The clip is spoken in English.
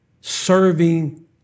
serving